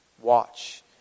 Watch